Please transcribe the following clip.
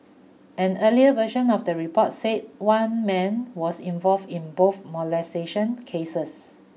an earlier version of the report said one man was involved in both molestation cases